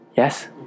Yes